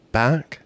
back